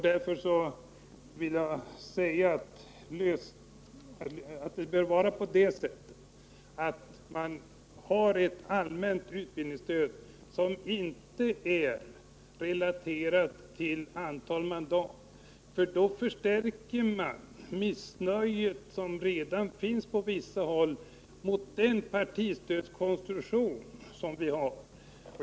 Man bör alltså ha ett allmänt utbildningsstöd, som inte är relaterat till antalet mandat — annars förstärker man det missnöje som finns på vissa håll mot partistödskonstruktionen.